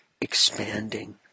expanding